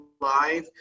live